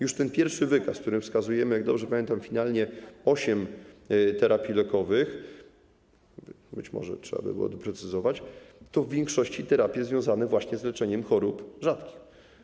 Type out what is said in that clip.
Już w tym pierwszym wykazie, w którym wskazujemy, jak dobrze pamiętam, finalnie osiem terapii lekowych - być może trzeba by było to doprecyzować - są w większości terapie związane z leczeniem chorób rzadkich.